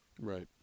Right